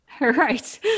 Right